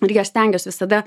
irgi aš stengiuos visada